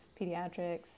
pediatrics